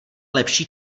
lepší